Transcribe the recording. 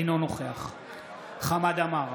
אינו נוכח חמד עמאר,